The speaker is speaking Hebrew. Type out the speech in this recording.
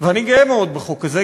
ואני גאה מאוד בחוק הזה,